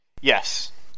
yes